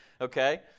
okay